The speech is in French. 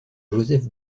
joseph